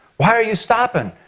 why are you stopping?